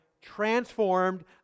transformed